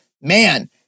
man